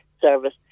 service